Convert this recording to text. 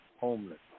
homeless